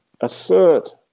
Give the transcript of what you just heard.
assert